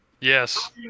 Yes